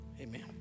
amen